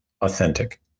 authentic